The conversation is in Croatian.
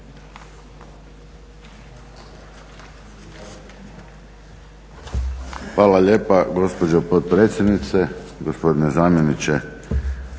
Hvala lijepa gospođo potpredsjednice, gospodine zamjeniče,